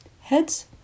Heads